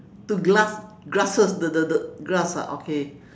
to glass grasses the the the grass ah okay